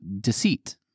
deceit